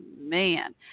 man